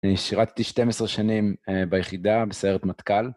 שירתתי 12 שנים ביחידה בסיירת מטכל.